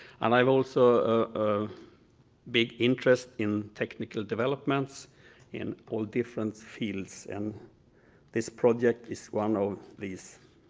and i have also a big interest in technical developments in all different fields, and this project is one of these.